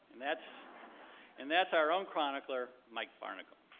and that's and that's our own chronicler mike barnicle.